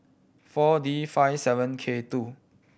Four D five seven K two